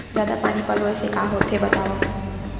जादा पानी पलोय से का होथे बतावव?